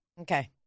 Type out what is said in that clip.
Okay